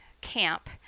camp